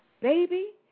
Baby